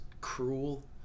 cruel